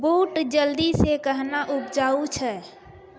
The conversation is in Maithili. बूट जल्दी से कहना उपजाऊ छ?